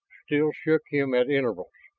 still shook him at intervals.